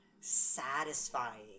satisfying